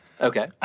Okay